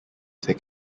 their